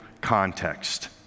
context